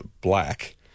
Black